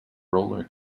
roller